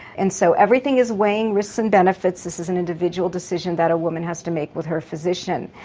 and so everything is weighing risks and benefits, this is an individual decision that a woman has to make with her physician.